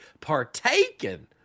partaken